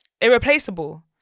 irreplaceable